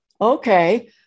okay